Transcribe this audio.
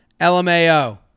LMAO